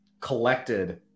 collected